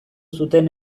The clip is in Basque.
zuten